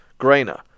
Grainer